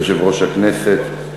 יושב-ראש הכנסת,